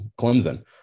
Clemson